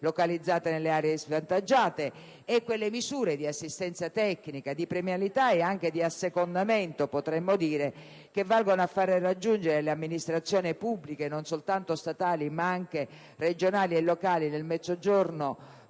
localizzate nelle aree svantaggiate e quelle misure di assistenza tecnica, di premialità e di assecondamento, per così dire, per permettere alle amministrazioni pubbliche, non soltanto statali ma anche regionali e locali, impegnate nel Mezzogiorno,